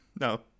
No